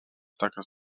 taques